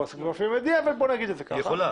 היא יכולה.